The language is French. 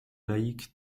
laïques